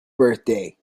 birthday